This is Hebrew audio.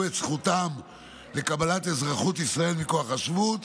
את זכותם לקבלת אזרחות ישראלית מכוח שבות